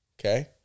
okay